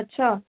ਅੱਛਾ